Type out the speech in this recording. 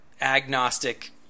agnostic